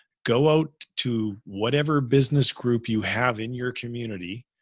go out to whatever business group you have in your community.